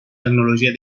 tecnologia